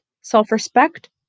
self-respect